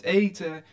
eten